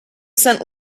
sent